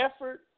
effort